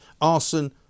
arson